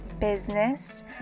business